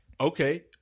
okay